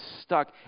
stuck